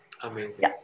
Amazing